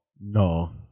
No